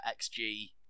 XG